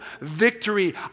victory